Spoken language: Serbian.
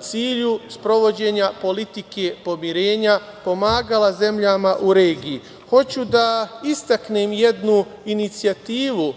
cilju sprovođenja politike pomirenja, pomagala zemljama u regiji. Hoću da istaknem jednu inicijativu